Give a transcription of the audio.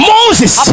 Moses